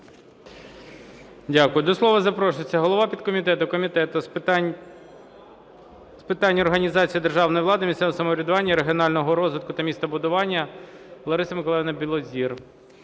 Дякую. До слова запрошується голова підкомітету Комітету з питань організації державної влади, місцевого самоврядування, регіонального розвитку та містобудування Лариса Миколаївна Білозір.